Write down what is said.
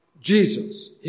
Jesus